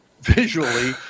visually